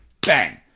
bang